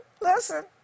listen